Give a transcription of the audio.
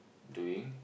doing